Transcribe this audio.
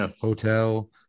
hotel